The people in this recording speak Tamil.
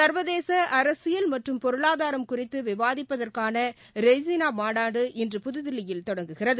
சா்வதேசஅரசியல் மற்றும் பொருளாதாரம் குறித்துவிவாதிப்பதற்கானரெய்சினாமாநாடு இன்று புதுதில்லியில் தொடங்குகிறது